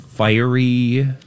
fiery